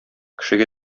кешегә